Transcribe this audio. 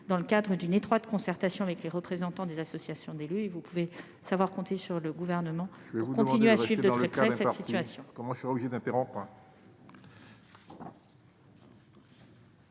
dans le cadre d'une étroite concertation avec les représentants des associations d'élus. Vous pouvez compter sur le Gouvernement pour continuer de suivre de très près cette situation.